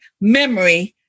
memory